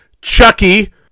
Chucky